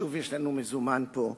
שוב יש לנו "מזומן" פה.